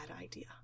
idea